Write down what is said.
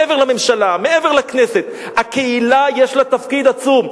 מעבר לממשלה, מעבר לכנסת, לקהילה יש תפקיד עצום.